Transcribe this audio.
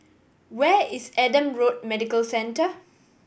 where is Adam Road Medical Centre